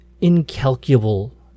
incalculable